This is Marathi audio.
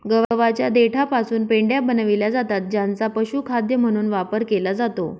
गव्हाच्या देठापासून पेंढ्या बनविल्या जातात ज्यांचा पशुखाद्य म्हणून वापर केला जातो